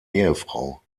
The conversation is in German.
ehefrau